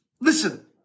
Listen